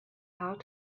how